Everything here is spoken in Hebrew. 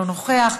אינו נוכח,